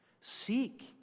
Seek